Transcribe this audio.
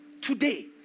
today